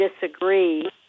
disagree